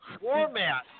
format